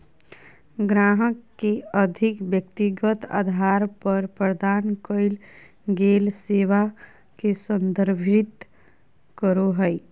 ग्राहक के अधिक व्यक्तिगत अधार पर प्रदान कइल गेल सेवा के संदर्भित करो हइ